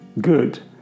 good